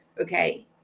Okay